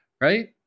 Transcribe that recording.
right